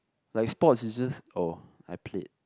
like sports is just oh I played